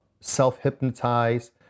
self-hypnotize